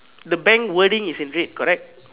the bank wording is in red correct